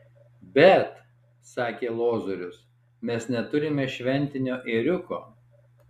bet sakė lozorius mes neturime šventinio ėriuko